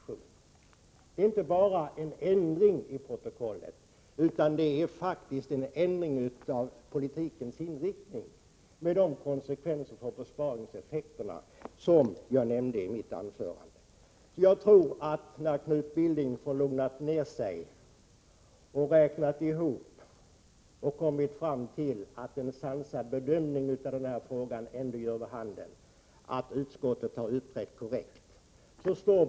Det var inte bara en ändring i protokollet, utan faktiskt en ändring av politikens inriktning, med de konsekvenser för besparingseffekterna som jag nämnde i mitt anförande. När Knut Billing har lugnat ner sig och räknat ihop summorna tror jag att han kommer fram till att en sansad bedömning av denna fråga ändå ger vid handen att utskottet har uppträtt korrekt.